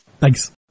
Thanks